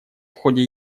ходе